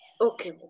Okay